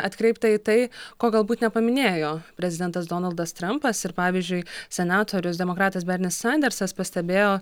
atkreipta į tai ko galbūt nepaminėjo prezidentas donaldas trampas ir pavyzdžiui senatorius demokratas bernis sandersas pastebėjo